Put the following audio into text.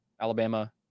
Alabama